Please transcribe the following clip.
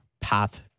path